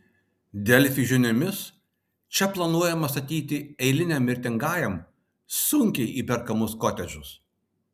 delfi žiniomis čia planuojama statyti eiliniam mirtingajam sunkiai įperkamus kotedžus